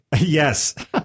Yes